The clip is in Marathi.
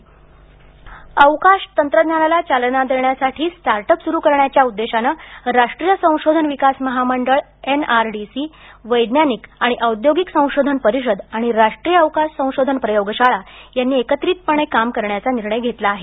एअरोस्पेस तंत्रज्ञान अवकाश तंत्रज्ञानाला चालना देण्यासाठी स्टार्ट अप सुरू करण्याच्या उद्देशानं राष्ट्रीय संशोधन विकास महामंडळ एनआरडीसी वैज्ञानिक आणि औद्योगिक संशोधन परिषद आणि राष्ट्रीय अवकाश संशोधन प्रयोगशाळा यांनी एकत्रितपणे काम करण्याचा निर्णय घेण्यात आला आहे